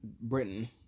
Britain